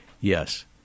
Yes